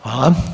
Hvala.